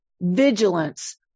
vigilance